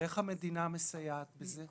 איך המדינה מסייעת בזה?